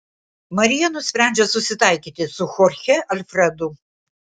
marija nusprendžia susitaikyti su chorche alfredu